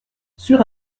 sur